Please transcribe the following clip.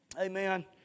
Amen